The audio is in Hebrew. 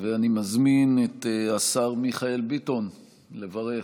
אני מזמין את השר מיכאל ביטון לברך.